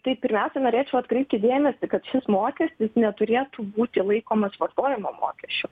tai pirmiausiai norėčiau atkreipti dėmesį kad šis mokestis neturėtų būti laikomas vartojimo mokesčiu